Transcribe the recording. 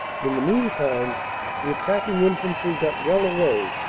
in the mean time the attacking infantry got well away,